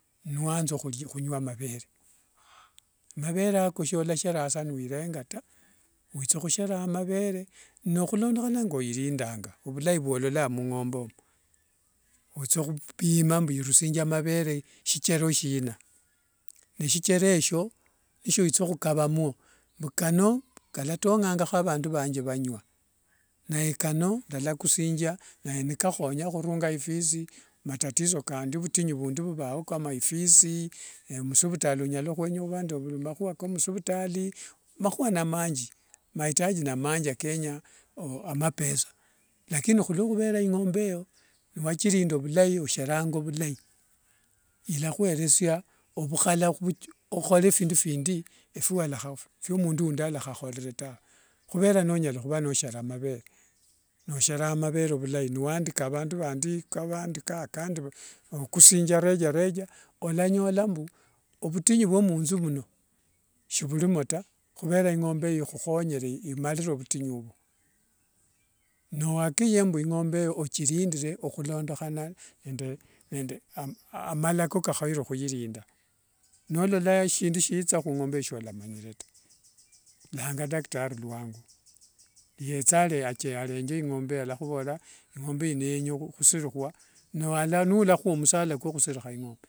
Niwaanza ohunywa mavere, mavere akosolasheranga sa niwirenga ta, witso husheranga mavere no hulondokhana ngo irindanga ovulayi vololanga mung'ombe omo, witsohupima mbu irushingya mavere shichero shina, neshichero esho nishowitsa khukavamwo mbu kano kalatong'anga vandu vange vanywa naye kano ndalakusingya naye nikahonya khurunga ifees, matatizo kandi vutinyu vundi vuvao kama ifees, eeeh musivitali onyala hwenya huva ende mahua ko msivitali, amahua ne mangi, mahitaji ne mangi akenya mapesa, lakini olwahuvera ing'ombe eyo wairinda vulayi oheranga ovulayi ilahweresa ovuhala ohole vindu vindi vyo mundu undi yahahorere ta, huvera nonyala huva nosheranga mavere, nosheranga mavere vulayi niwandika vandu vandi kavaandika kandi okusingya rejareja olanyola mbu ovutinyu vwo munzu vuno sivurumo ta, huvera ing'ombe eyo ihuhonyere imarire ovutinyo ovo, nowakikishie mbu ing'ombe eyo oyirindire ohulondohana nde malako kakhoyere huyirinda, nolola eshindu sitsa hung'ombe siolamanyire ta elanga daktari lwangu yetse arenge ing'ombe eyo alahuvorera ing'ombe ino yenya husirihwa naye nuulahwa omusala kwo husiriha ing'ombe.